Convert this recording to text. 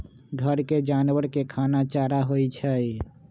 घर के जानवर के खाना चारा होई छई